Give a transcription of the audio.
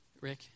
Rick